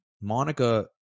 Monica